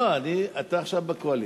לא, אתה עכשיו בקואליציה.